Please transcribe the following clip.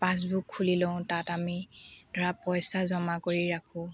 passbook খুলি লওঁ তাত আমি ধৰা পইচা জমা কৰি ৰাখোঁ